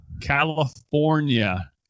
California